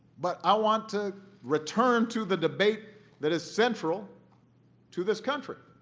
but i want to return to the debate that is central to this country,